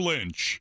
Lynch